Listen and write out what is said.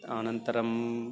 अनन्तरम्